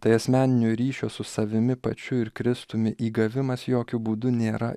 tai asmeninio ryšio su savimi pačiu ir kristumi įgavimas jokiu būdu nėra